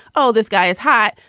oh, this guy is hot.